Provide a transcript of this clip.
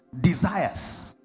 desires